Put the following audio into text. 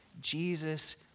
jesus